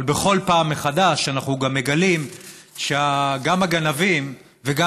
אבל בכל פעם מחדש אנחנו גם מגלים שגם הגנבים וגם